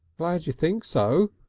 glad you think so,